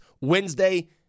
Wednesday